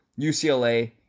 UCLA